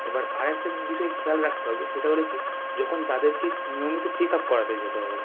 এবার আরেকটা বিষয় খেয়াল রাখতে হবে সেটা হল কী যখন তাদেরকে নিয়মিত চেকআপ করাতে যেতে হবে